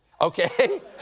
Okay